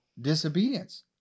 disobedience